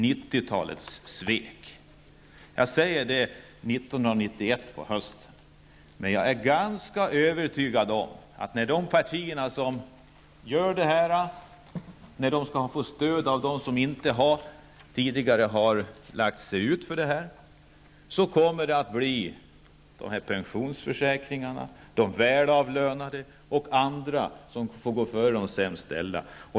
Detta säger jag på hösten 1991, men jag är ganska övertygad om att när de partier som gör detta skall ha stöd av dem som tidigare inte har så att säga lagt sig ut för detta, kommer det att bli de som har pensionsförsäkringar, de välavlönade, m.fl. som kommer att gå före de sämst ställda.